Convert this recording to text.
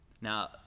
now